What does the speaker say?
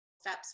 steps